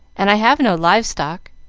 and i have no live-stock